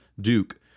duke